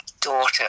daughter